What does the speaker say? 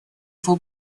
его